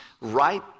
right